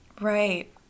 right